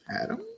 Adam